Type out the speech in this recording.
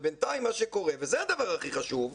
בינתיים מה שקורה, וזה דבר הכי חשוב,